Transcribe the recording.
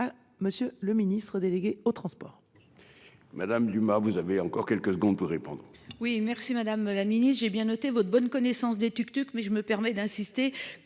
à Monsieur le Ministre délégué aux Transports.